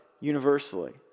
universally